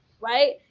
Right